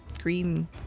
green